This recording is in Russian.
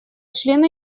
члены